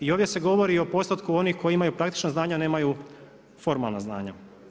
I ovdje se govori o postotku onih koji imaju praktična znanja a nemaju formalna znanja.